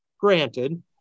Granted